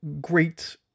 Great